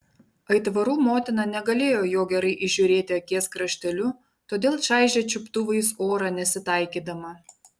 aitvarų motina negalėjo jo gerai įžiūrėti akies krašteliu todėl čaižė čiuptuvais orą nesitaikydama